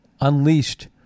unleashed